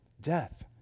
Death